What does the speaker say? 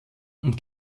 und